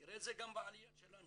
תראה את זה גם בעליה שלנו,